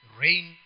rain